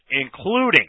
including